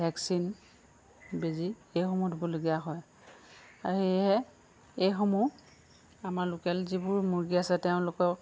vaccine বেজি সেইসমূহ দিবলগীয়া হয় আৰু সেয়েহে এইসমূহ আমাৰ লোকেল যিবোৰ মুৰ্গী আছে তেওঁলোকক